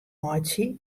meitsje